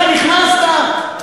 רק נכנסת.